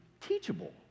teachable